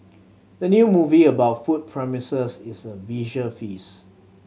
the new movie about food promises is a visual feast